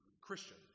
Christian